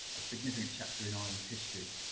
a significant chapter in ireland's history.